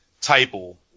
table